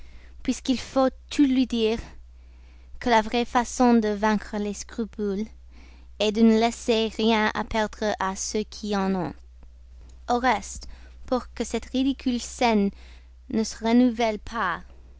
puisqu'il faut tout lui dire que la vraie façon de vaincre les scrupules est de ne laisser rien à perdre à ceux qui en ont au reste pour que cette ridicule scène ne se renouvelle pas